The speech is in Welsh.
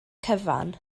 cyfan